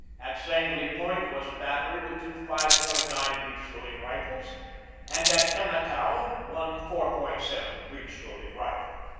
at sangley point was a battery with two five point nine breech loading rifles and at canacao one four point seven breech-loading rifle.